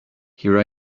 here